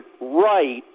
right